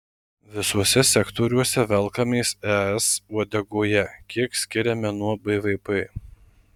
visuose sektoriuose velkamės es uodegoje kiek skiriame nuo bvp